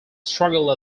struggle